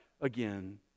again